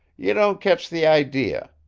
you don't catch the idea.